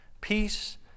Peace